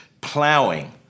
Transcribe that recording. plowing